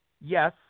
yes